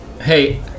Hey